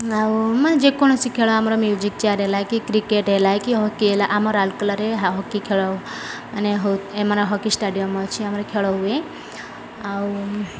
ଆଉ ମାନେ ଯେକୌଣସି ଖେଳ ଆମର ମ୍ୟୁଜିକ୍ ଚେୟାର ହେଲା କି କ୍ରିକେଟ ହେଲା କି ହକି ହେଲା ଆମ ରାଉରକେଲାରେ ହକି ଖେଳ ମାନେ ହଉ ଆମର ହକି ଷ୍ଟାଡ଼ିୟମ ଅଛି ଆମର ଖେଳ ହୁଏ ଆଉ